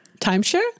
timeshare